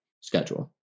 schedule